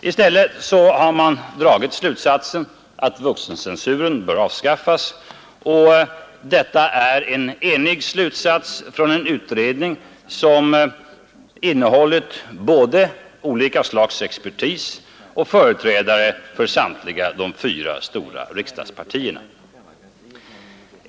I stället har man dragit slutsatsen, att vuxencensuren bör avskaffas. Detta är en enig slutsats från en utredning, som innehållit både olika slags expertis och företrädare för samtliga de fyra stora riksdagspartierna.